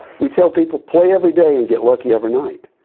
we tell people play everyday and get lucky every night.